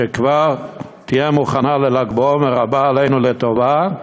שכבר תהיה מוכנה לל"ג בעומר הבא עלינו לטובה,